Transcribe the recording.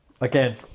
Again